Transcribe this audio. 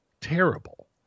terrible